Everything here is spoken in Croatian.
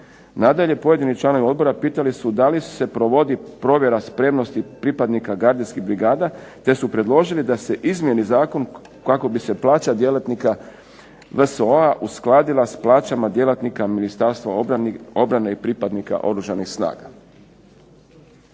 Nadalje, pojedini članovi odbora pitali su da li se provodi provjera spremnosti pripadnika gardijskih brigada te su predložili da se izmijeni zakon kako bi se plaća djelatnika VSO-a uskladila s plaćama djelatnika Ministarstava obrane i pripadnika Oružanih snaga.